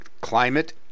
climate